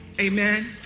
amen